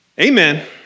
Amen